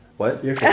what? you're yeah